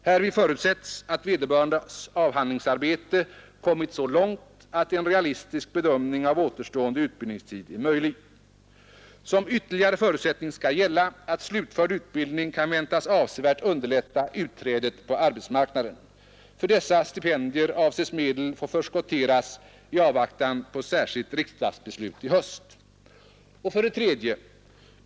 Härvid förutsätts att vederbörandes avhandlingsarbete har kommit så långt att en realistisk bedömning av återstående utbildningstid är möjlig. Såsom ytterligare förutsättning skall gälla att den slutförda utbildningen kan väntas avsevärt underlätta utträdet på arbetsmarknaden. För dessa stipendier avses medel förskotteras i avvaktan på särskilt riksdagsbeslut i höst. 3.